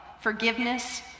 forgiveness